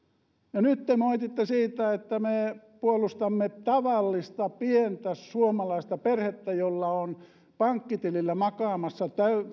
ja nyt te moititte siitä että me puolustamme tavallista pientä suomalaista perhettä jolla on pankkitilillä makaamassa